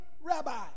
Rabbi